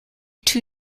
two